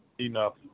enough